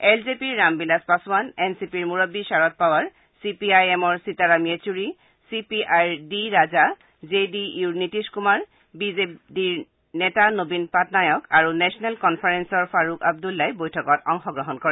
L J পিৰ Ramvilas Paswan N C পিৰ মূৰববী Sharad Pawar C P I এমৰ সীতাৰাম য়েচূৰী চি পি আইৰ ডি ৰাজা জে ডি ইউৰ নীতীশ কুমাৰ বি জে ডিৰ নেতা নবীন পাটনায়ক আৰু নেশ্বনেল কনফাৰেন্সৰ ফাৰুক আব্দুল্লাই বৈঠকত অংশগ্ৰহণ কৰে